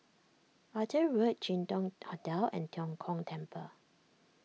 Arthur Road Jin Dong Hotel and Tian Kong Temple